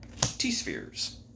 T-spheres